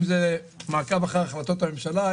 אם זה מעקב אחר החלטות הממשלה,